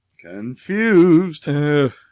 Confused